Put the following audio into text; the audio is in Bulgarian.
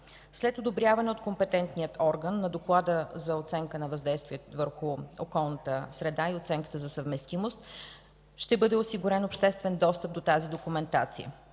След одобряване от компетентния орган на доклада за оценка на въздействието върху околната среда и оценката за съвместимост ще бъде осигурен обществен достъп до тази документация.